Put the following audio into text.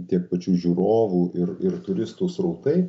tiek pačių žiūrovų ir ir turistų srautai